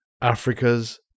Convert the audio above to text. Africa's